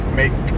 make